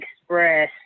express